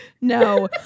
no